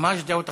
לנו דעות אחרות.